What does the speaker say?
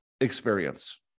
experience